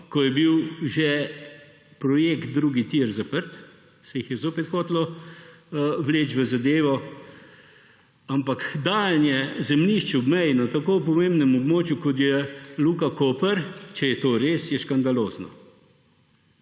ko je bil že projekt drugi tir zaprt, se jih je zopet hotelo vleči v zadevo. Ampak dajanje zemljišč ob meji na tako pomembnem območju, kot je Luka Koper, če je to res, je škandalozno.